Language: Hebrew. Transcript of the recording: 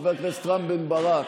חבר הכנסת רם בן ברק,